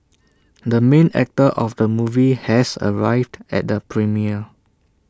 the main actor of the movie has arrived at the premiere